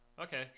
okay